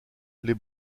les